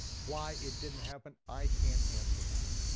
why it didn't happen, i can't answer that.